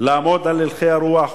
לעמוד על הלכי הרוח